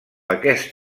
aquest